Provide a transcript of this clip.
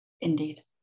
indeed